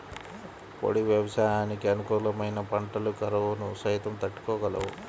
పొడి వ్యవసాయానికి అనుకూలమైన పంటలు కరువును సైతం తట్టుకోగలవు